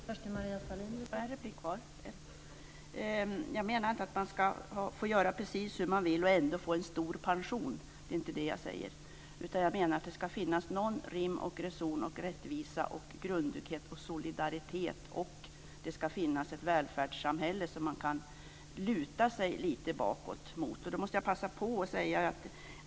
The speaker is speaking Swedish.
Fru talman! Jag menar inte att man ska få göra precis vad man vill och ändå få en stor pension. Jag menar att det ska finnas någon rim och reson, rättvisa, grundtrygghet, solidaritet, och det ska finnas ett välfärdssamhälle som det går att luta sig bakåt mot.